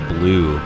Blue